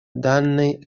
данной